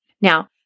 Now